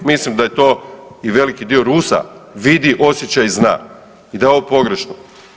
Mislim da je to i veliki dio Rusa vidi, osjeća i zna i da je ovo pogrešno.